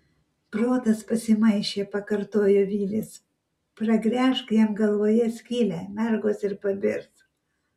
protas pasimaišė pakartojo vilis pragręžk jam galvoje skylę mergos ir pabirs